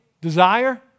desire